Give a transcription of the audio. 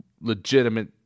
legitimate